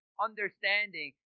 understanding